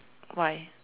why